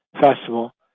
Festival